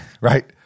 right